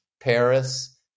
Paris